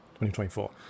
2024